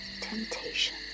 temptation